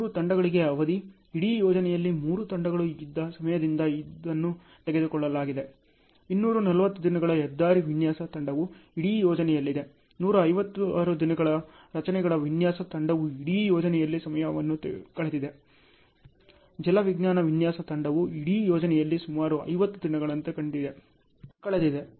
ಮೂರು ತಂಡಗಳಿಗೆ ಅವಧಿ ಇಡೀ ಯೋಜನೆಯಲ್ಲಿ ಮೂರು ತಂಡಗಳು ಇದ್ದ ಸಮಯದಿಂದ ಇದನ್ನು ತೆಗೆದುಕೊಳ್ಳಲಾಗಿದೆ 240 ದಿನಗಳ ಹೆದ್ದಾರಿ ವಿನ್ಯಾಸ ತಂಡವು ಇಡೀ ಯೋಜನೆಯಲ್ಲಿದೆ 156 ದಿನಗಳ ರಚನೆಗಳ ವಿನ್ಯಾಸ ತಂಡವು ಇಡೀ ಯೋಜನೆಯಲ್ಲಿ ಸಮಯವನ್ನು ಕಳೆದಿದೆ ಜಲವಿಜ್ಞಾನ ವಿನ್ಯಾಸ ತಂಡವು ಇಡೀ ಯೋಜನೆಯಲ್ಲಿ ಸುಮಾರು 50 ದಿನಗಳಂತೆ ಕಳೆದಿದೆ